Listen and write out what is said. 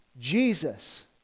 Jesus